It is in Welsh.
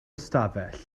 ystafell